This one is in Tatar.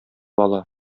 ала